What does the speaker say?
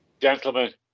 gentlemen